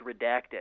redacted